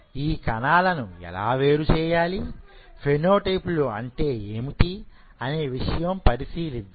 ఈ కణాలను ఎలా వేరు చేయాలిఫెనో టైప్లు అంటే ఏమిటి అనే విషయం పరిశీలిద్దాం